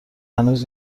هنوز